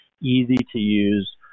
easy-to-use